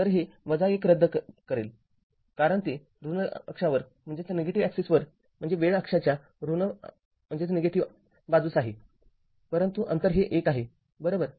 तर हे १ रद्द करेल कारण ते ऋण अक्षावर म्हणजे वेळ अक्षाच्या ऋण बाजूस आहे परंतु अंतर हे १ आहे बरोबर